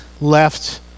left